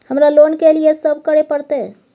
हमरा लोन के लिए की सब करे परतै?